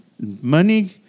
money